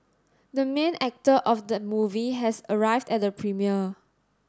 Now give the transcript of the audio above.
the main actor of the movie has arrived at the premiere